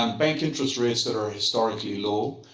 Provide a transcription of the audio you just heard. um bank interest rates that are historically low,